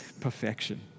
perfection